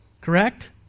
Correct